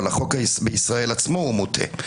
אבל החוק בישראל עצמו הוא מוטה,